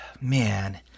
man